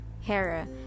Hera